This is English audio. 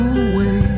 away